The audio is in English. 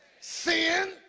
Sin